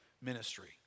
ministry